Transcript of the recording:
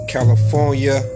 California